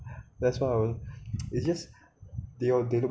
that's why it's just